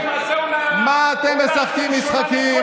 מה אתם משחקים משחקים?